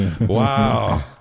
Wow